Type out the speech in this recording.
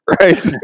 right